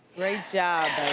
great job